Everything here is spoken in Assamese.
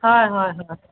হয় হয় হয়